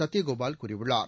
சத்யகோபால் கூறியுள்ளார்